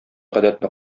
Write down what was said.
гадәтне